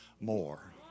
more